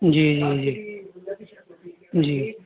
جی جی جی جی